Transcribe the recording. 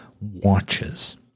watches